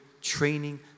training